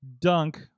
dunk